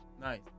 nice